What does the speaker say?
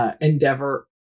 endeavor